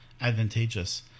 advantageous